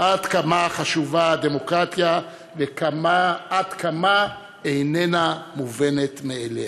עד כמה חשובה הדמוקרטיה ועד כמה איננה מובנת מאליה.